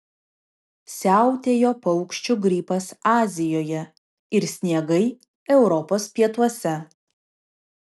siautėjo paukščių gripas azijoje ir sniegai europos pietuose